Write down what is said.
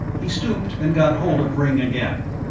he stooped and got hold of ringg again.